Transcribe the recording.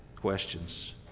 questions